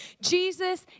Jesus